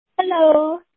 Hello